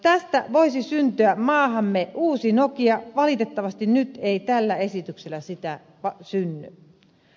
tästä voisi syntyä maahamme uusi nokia valitettavasti nyt ei tällä esityksellä sitä synny